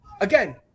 Again